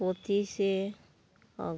ᱯᱚᱸᱪᱤᱥᱮ ᱚᱜ